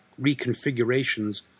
reconfigurations